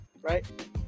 right